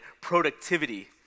productivity